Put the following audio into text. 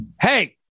Hey